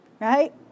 Right